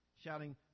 shouting